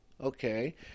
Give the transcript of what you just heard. okay